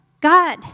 God